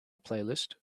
playlist